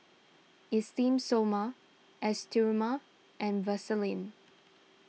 Esteem Stoma S Terimar and Vaselin